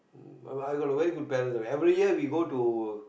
mm b~ but I got a very good parents lah every year we go to